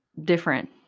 different